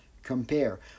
compare